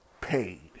paid